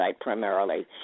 primarily